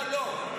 לא, לא.